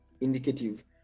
indicative